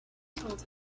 told